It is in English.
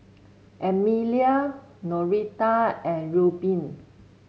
Emelia Noreta and Reubin